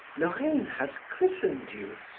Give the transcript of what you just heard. laurine has christened you.